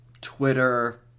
Twitter